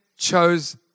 chose